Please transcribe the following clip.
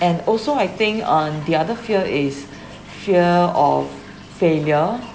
and also I think uh the other fear is fear of failure